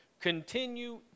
Continue